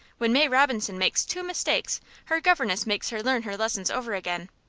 when may robinson makes two mistakes her governess makes her learn her lessons over again.